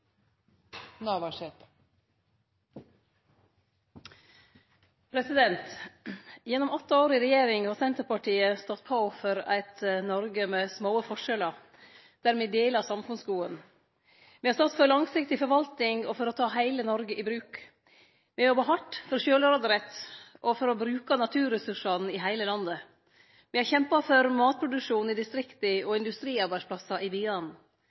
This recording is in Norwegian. er omme. Gjennom åtte år i regjering har Senterpartiet stått på for eit Noreg med små forskjellar, der me deler samfunnsgoda. Me har stått for ei langsiktig forvalting og for å ta heile Noreg i bruk. Me har jobba hardt for sjølvråderett og for å bruke naturressursane i heile landet. Me har kjempa for matproduksjon i distrikta og industriarbeidsplassar i byane.